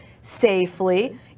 safely